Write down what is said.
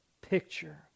picture